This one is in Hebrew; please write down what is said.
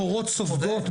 מה שהמורות סופגות.